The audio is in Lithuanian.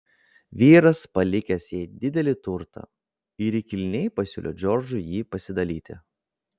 vyras palikęs jai didelį turtą ir ji kilniai pasiūlė džordžui jį pasidalyti